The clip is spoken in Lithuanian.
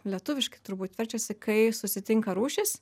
lietuviškai turbūt verčiasi kai susitinka rūšys